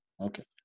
Okay